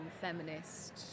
feminist